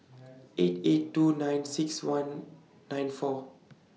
eight eight two nine six one nine four